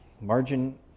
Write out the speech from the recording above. Margin